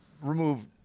remove